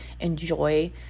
enjoy